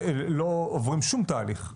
שפשוט לא עוברים שום תהליך.